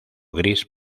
gris